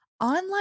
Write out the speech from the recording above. online